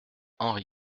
henri